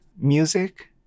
music